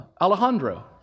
Alejandro